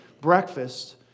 breakfast